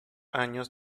años